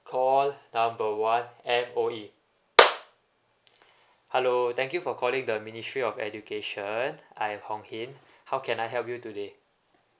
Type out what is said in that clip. call number one M_O_E hello thank you for calling the ministry of education I am hock hin how can I help you today